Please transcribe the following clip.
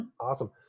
Awesome